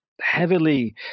heavily